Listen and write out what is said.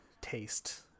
taste